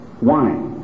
Wine